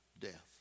death